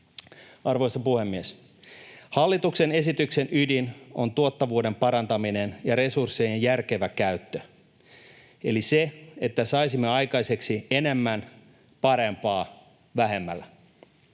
Arvoisa puhemies! Hallituksen esityksen ydin on tuottavuuden parantaminen ja resurssien järkevä käyttö eli se, että saisimme aikaiseksi enemmän parempaa vähemmällä.